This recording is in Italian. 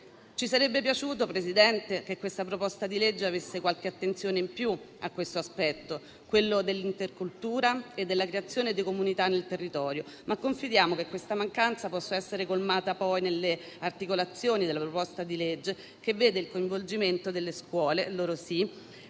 Ci sarebbe piaciuto, Presidente, che questa proposta di legge avesse qualche attenzione in più all'aspetto dell'intercultura e della creazione di comunità nel territorio. Ma confidiamo che una tale mancanza possa essere colmata nelle articolazioni della proposta di legge che vede il coinvolgimento delle scuole - queste